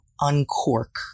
uncork